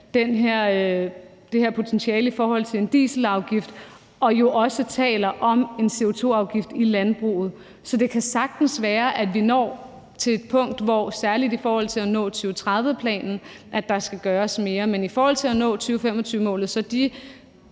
det her potentiale i forhold til en dieselafgift og jo også taler om en CO2-afgift i landbruget. Så det kan sagtens være, at vi når til et punkt, hvor der særlig i forhold til at nå 2030-planen skal gøres mere, men vi skal nok nå 2025-målet i